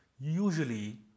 usually